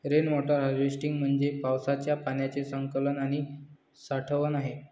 rain water harvesting म्हणजे पावसाच्या पाण्याचे संकलन आणि साठवण आहे